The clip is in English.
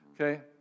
Okay